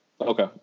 Okay